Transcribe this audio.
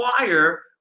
require